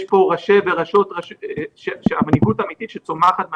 יש פה ראשי וראשות רשויות שהם המנהיגות האמיתית שצומחת מהשטח.